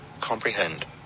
comprehend